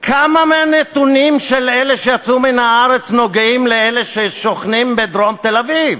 כמה מהנתונים של אלה שיצאו מן הארץ נוגעים לאלה ששוכנים בדרום תל-אביב?